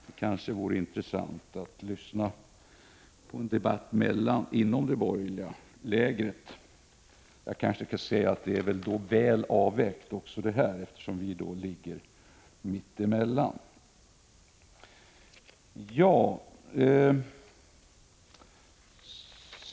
Det vore intressant att lyssna på en debatt inom det borgerliga lägret. Jag kanske skall tillägga att vårt anslagsförslag också här är väl avvägt, eftersom vi ligger mitt emellan.